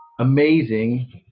amazing